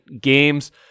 games